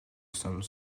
some